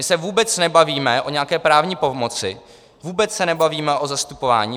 My se vůbec nebavíme o nějaké právní pomoci, vůbec se nebavíme o zastupování.